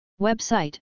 Website